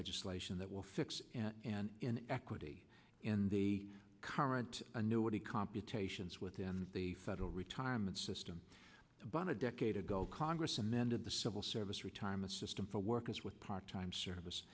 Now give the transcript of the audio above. legislation that will fix an inequity in the current annuity computations within the federal retirement system but a decade ago congress amended the civil service retirement system for workers with part time service